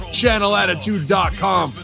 channelattitude.com